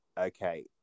okay